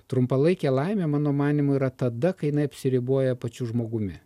trumpalaikė laimė mano manymu yra tada kai jinai apsiriboja pačiu žmogumi